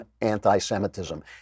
anti-Semitism